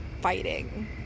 fighting